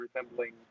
resembling